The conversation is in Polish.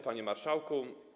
Panie Marszałku!